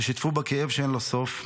ששיתפו בכאב שאין לו סוף,